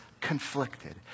conflicted